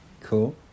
Cool